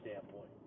standpoint